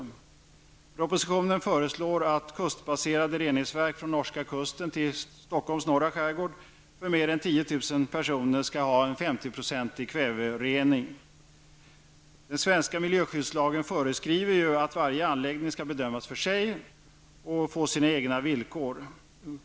I propositionen föreslås att kustbaserade reningsverk för mer än 10 000 personer från norska kusten till Stockholms norra skärgård skall ha en 50-procentig kvävereduktion. Den svenska miljöskyddslagen föreskriver att varje anläggning skall bedömas för sig och alltså få egna villkor.